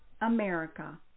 America